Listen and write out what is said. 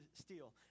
steal